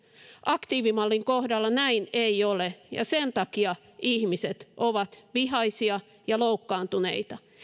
aktiivimallin kohdalla näin ei ole ja sen takia ihmiset ovat vihaisia ja loukkaantuneita